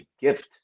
gift